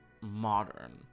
modern